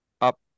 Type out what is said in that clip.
up